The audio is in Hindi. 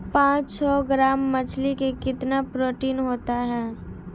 पांच सौ ग्राम मछली में कितना प्रोटीन होता है?